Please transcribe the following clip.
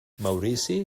maurici